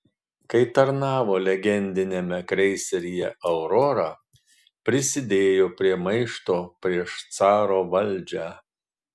kai tarnavo legendiniame kreiseryje aurora prisidėjo prie maišto prieš caro valdžią